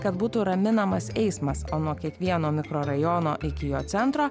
kad būtų raminamas eismas nuo kiekvieno mikrorajono iki jo centro